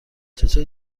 چطور